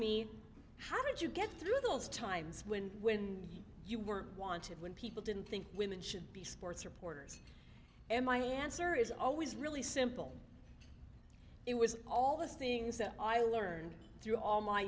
me how did you get through those times when when you were wanted when people didn't think women should be sports reporters and my answer is always really simple it was all those things that i learned through all my